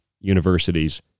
universities